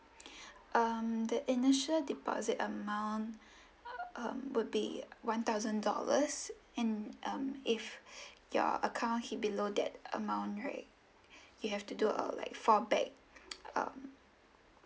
um the initial deposit amount um would be one thousand dollars and um if your account hit below that amount right you have to do uh like fallback um